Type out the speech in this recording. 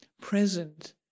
present